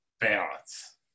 balance